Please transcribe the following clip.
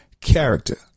character